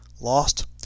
Lost